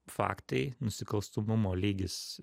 faktai nusikalstamumo lygis